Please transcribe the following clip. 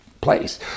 place